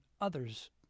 others